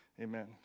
Amen